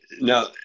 now